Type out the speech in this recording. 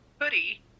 hoodie